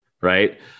right